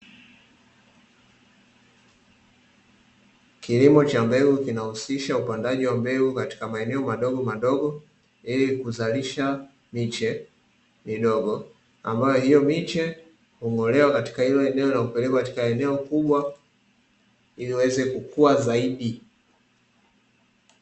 Kilimo cha mbegu kinahusisha upandaji wa mbegu katika maeneo madogomadogo, ili kuzalisha miche midogo ambayo hiyo miche hung'olewa katika hilo eneo na kupelekwa katika eneo kubwa ili waweze kukua zaidi.